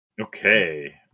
Okay